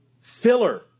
filler